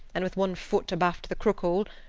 and with one foot abaft the krok-hooal,